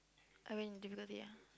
I mean difficulty yeah